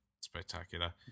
Spectacular